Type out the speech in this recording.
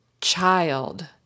child